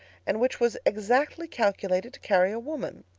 and which was exactly calculated to carry a woman.